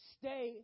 stay